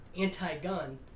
anti-gun